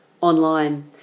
online